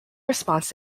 response